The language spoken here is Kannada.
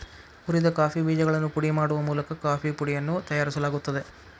ಹುರಿದ ಕಾಫಿ ಬೇಜಗಳನ್ನು ಪುಡಿ ಮಾಡುವ ಮೂಲಕ ಕಾಫೇಪುಡಿಯನ್ನು ತಯಾರಿಸಲಾಗುತ್ತದೆ